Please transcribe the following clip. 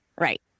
Right